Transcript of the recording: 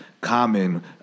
Common